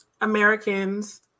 Americans